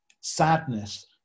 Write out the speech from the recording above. sadness